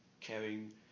caring